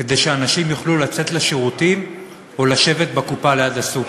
כדי שאנשים יוכלו לצאת לשירותים או לשבת ליד הקופה בסופר.